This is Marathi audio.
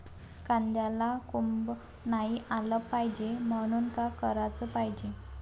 कांद्याला कोंब नाई आलं पायजे म्हनून का कराच पायजे?